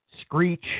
screech